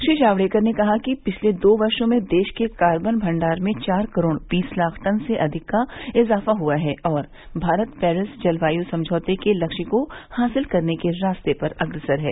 श्री जावड़ेकर ने कहा कि पिछले दो वर्षो में देश के कार्बन भण्डार में चार करोड़ बीस लाख टन से अधिक का इजाफा हुआ है और भारत पेरिस जलवायु समझौते के लक्ष्य को हासिल करने के रास्ते पर अग्रसर है